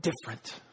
different